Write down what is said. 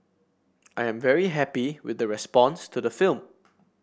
I am very happy with the response to the film